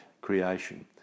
creation